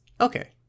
Okay